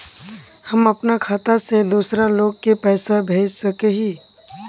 हम अपना खाता से दूसरा लोग के पैसा भेज सके हिये?